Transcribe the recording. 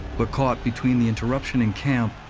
but caught between the interruption in camp,